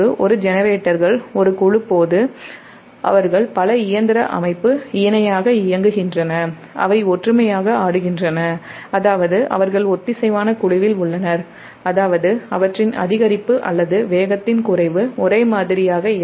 ஒரு ஜெனரேட்டர்கள் ஒரு குழு போது அவர்கள் பல இயந்திர அமைப்பு இணையாக இயங்குகின்றன அவை ஒற்றுமையாக ஆடுகின்றன அதாவது அவர்கள் ஒத்திசைவான குழுவில் உள்ளனர் அவற்றின் அதிகரிப்பு அல்லது வேகத்தின் குறைவு ஒரே மாதிரியாக இருக்கும்